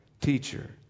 Teacher